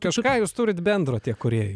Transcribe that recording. kažką jūs turit bendro tie kūrėjai